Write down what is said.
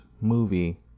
movie